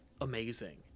amazing